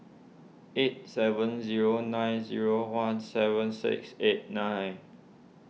eight seven zero nine zero one seven six eight nine